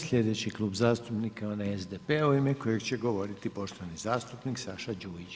Sljedeći klub zastupnika je onaj SDP-a u ime kojega će govoriti poštovani zastupnik Saša Đujić.